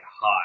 high